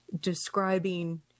describing